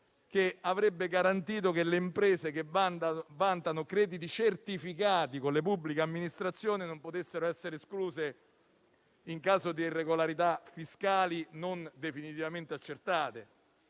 avrebbe garantito che le imprese che vantano crediti certificati con le pubbliche amministrazioni non potessero essere escluse in caso di irregolarità fiscali non definitivamente accertate.